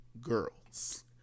girls